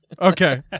Okay